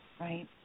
right